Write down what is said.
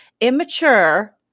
immature